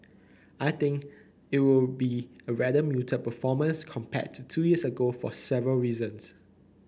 I think it will be a rather muted performance compared to two years ago for several reasons